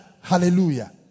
hallelujah